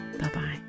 Bye-bye